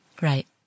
Right